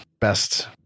best